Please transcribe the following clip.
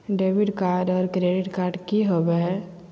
Debit card और credit card की होवे हय?